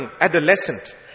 adolescent